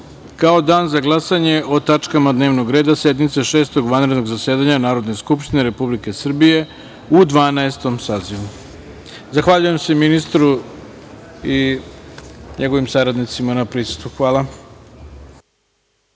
kao dan za glasanje o tačkama dnevnog reda sednice Šestog vanrednog zasedanja Narodne skupštine Republike Srbije u Dvanaestom sazivu. Zahvaljujem se ministru i njegovim saradnicima na prisustvu. Poštovane